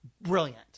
Brilliant